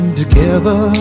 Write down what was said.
together